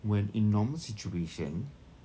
when in normal situation